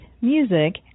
music